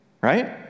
right